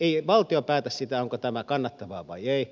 ei valtio päätä sitä onko tämä kannattavaa vai ei